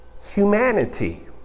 humanity